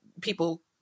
people